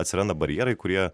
atsiranda barjerai kurie